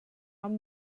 amb